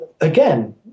Again